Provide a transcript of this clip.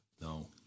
No